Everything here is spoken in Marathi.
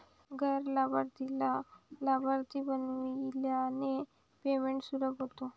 गैर लाभार्थीला लाभार्थी बनविल्याने पेमेंट सुलभ होते